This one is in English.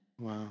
Wow